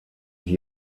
die